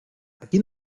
aquí